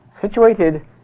Situated